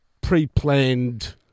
pre-planned